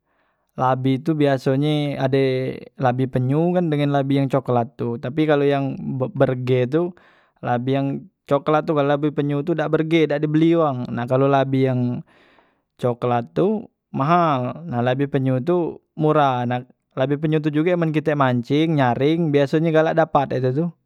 Labi tu biasonye ade labi penyu kan dengan labi yang coklat tu tapi kalu yang berge tu labi yang coklat tu kalu labi penyu tu dak berge dak di beli wong nah men labi yang coklat tu mahal nah labi penyu tu murah, labi penyu tu juge men kite manceng nyareng biasonye galak dapat ye tu.